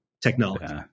technology